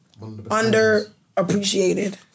underappreciated